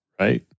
right